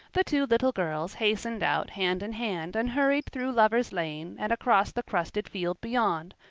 the two little girls hastened out hand in hand and hurried through lover's lane and across the crusted field beyond,